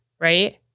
right